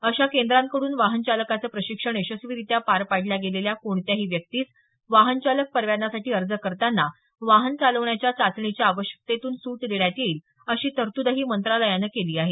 अशा केंद्रांकडून वाहन चालकाचं प्रशिक्षण यशस्वीरीत्या पार पाडल्या गेलेल्या कोणत्याही व्यक्तीस वाहनचालक परवान्यासाठी अर्ज करताना वाहन चालवण्याच्या चाचणीच्या आवश्यकतेतून सूट देण्यात येईल अशी तरतूदही मंत्रालयानं केली आहे